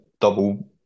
double